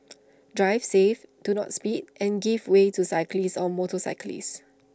drive safe do not speed and give way to cyclists or motorcyclists